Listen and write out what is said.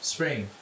Spring